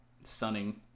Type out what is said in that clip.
sunning